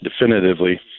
definitively